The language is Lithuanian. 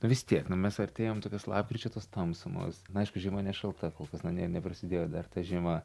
vis tiek nu mes artėjam tokios lapkričio tos tamsumos na aišku žiema nešalta kol pas na ne neprasidėjo dar ta žiema